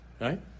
right